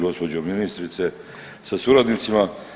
Gospođo ministrice sa suradnicima.